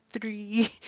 three